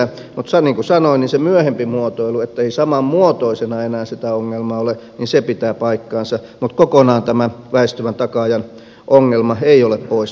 mutta niin kuin sanoin niin se myöhempi muotoilu ettei saman muotoisena enää sitä ongelmaa ole pitää paikkansa mutta kokonaan tämä väistyvän takaajan ongelma ei ole poistunut tässä